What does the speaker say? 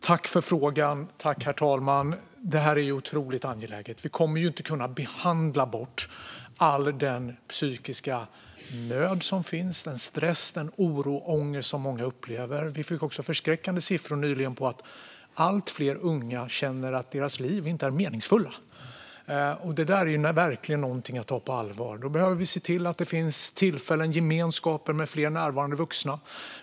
Herr talman! Detta är otroligt angeläget. Vi kommer ju inte att kunna behandla bort all den psykiska nöd som finns eller all den stress, oro och ångest som många upplever. Det kom nyligen förskräckande siffror som visar att allt fler unga känner att deras liv inte är meningsfullt. Detta är verkligen någonting att ta på allvar. Vi behöver se till att det finns tillfällen och gemenskaper med fler närvarande vuxna.